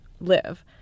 live